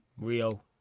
Rio